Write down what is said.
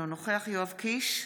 אינו נוכח יואב קיש,